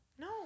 No